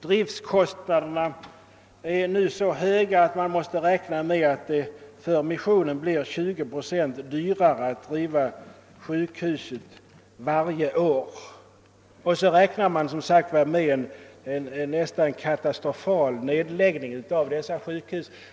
Driftkostnaderna är så höga att det varje år blir 20 procent dyrare för missionen att driva sjukhusen, och man räknar som sagt med en nästan katastrofal nedläggning av dessa sjukhus.